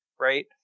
right